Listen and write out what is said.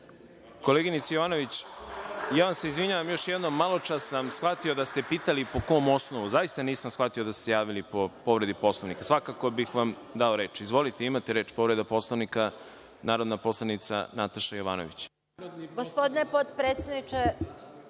Jovanović, ja vam se izvinjavam još jednom. Maločas sam shvatio da ste pitali – po kom osnovu? Zaista nisam shvatio da ste se javili po povredi Poslovnika. Svakako bih vam dao reč. Izvolite. Imate reč. Povreda Poslovnika, narodna poslanica Nataša Jovanović.